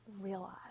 realize